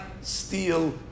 steal